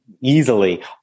easily